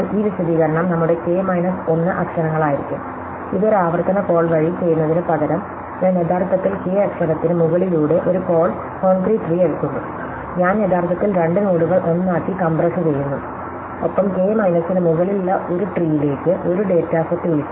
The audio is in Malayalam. അതിനാൽ ഈ വിശദീകരണം നമ്മുടെ k മൈനസ് 1 അക്ഷരങ്ങളായിരിക്കും ഇത് ഒരു ആവർത്തന കോൾ വഴി ചെയ്യുന്നതിനുപകരം ഞാൻ യഥാർത്ഥത്തിൽ k അക്ഷരത്തിന് മുകളിലൂടെ ഒരു കോൾ കോൺക്രീറ്റ് ട്രീ എടുക്കുന്നു ഞാൻ യഥാർത്ഥത്തിൽ രണ്ട് നോഡുകൾ 1 ആക്കി കംപ്രസ്സുചെയ്യുന്നു ഒപ്പം k മൈനസിന് മുകളിലുള്ള ഒരു മരത്തിലേക്ക് വിളിക്കുന്നു 1 ഡാറ്റ സെറ്റ്